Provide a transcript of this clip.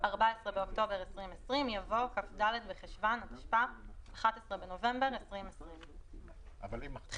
על סדר היום הצעת